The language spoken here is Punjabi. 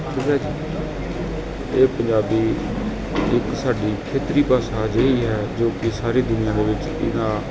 ਠੀਕ ਆ ਜੀ ਇਹ ਪੰਜਾਬੀ ਇੱਕ ਸਾਡੀ ਖੇਤਰੀ ਭਾਸ਼ਾ ਅਜਿਹੀ ਹੈ ਜੋ ਕਿ ਸਾਰੀ ਦੁਨੀਆਂ ਦੇ ਵਿੱਚ ਇਹਦਾ